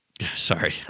Sorry